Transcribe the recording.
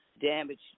damage